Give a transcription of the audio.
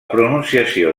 pronunciació